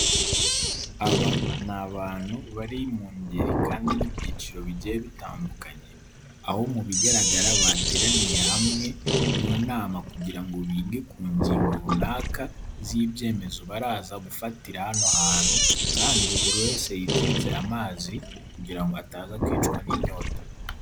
Aba ni abantu bari mu ngeri n'ibyiciro bitandukanye, aho mu bigaragara bateraniye hamwe mu nama kugira ngo bige ku ngingo runaka z'ibyemezo baraza gufatira hano. Buri wese yiteretse amazi kugira ngo ataza kwicwa n'inyota.